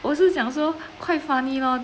我是想说 quite funny lor